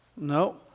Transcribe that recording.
No